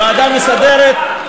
הוועדה המסדרת?